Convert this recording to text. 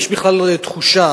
יש בכלל תחושה